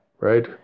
Right